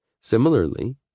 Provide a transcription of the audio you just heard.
Similarly